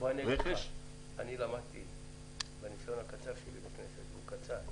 רכש --- מהניסיון הקצר שלי הכנסת,